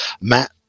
Matt